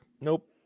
Nope